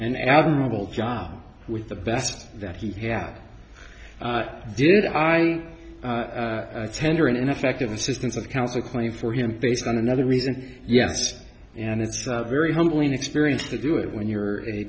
and admirable job with the best that he had did i tender an ineffective assistance of counsel claim for him based on another reason yes and it's a very humbling experience to do it when you're a